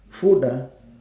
food ah